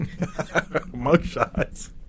mugshots